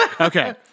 Okay